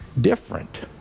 different